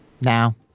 now